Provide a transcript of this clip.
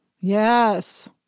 yes